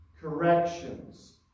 corrections